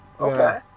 Okay